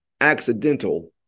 Accidental